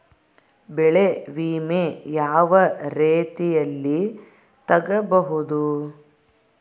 ಬೆಳೆ ವಿಮೆ ಯಾವ ರೇತಿಯಲ್ಲಿ ತಗಬಹುದು?